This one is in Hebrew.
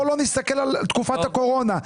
בואו לא נסתכל על תקופת הקורונה.